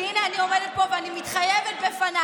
כי הינה אני עומדת פה, ואני מתחייבת בפנייך,